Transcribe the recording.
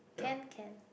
can can